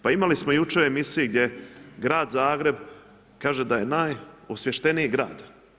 Pa imali smo jučer u emisiji gdje je grad Zagreb, kaže da je najosvješteniji grad.